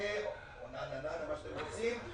אולי ננה-ננה, מה שאתם רוצים.